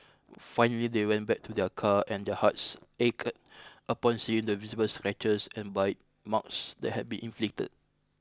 finally they went back to their car and their hearts ached upon seeing the visible scratches and bite marks that had been inflicted